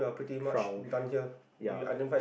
twelve ya